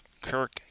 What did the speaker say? Kirk